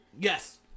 Yes